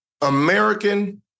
American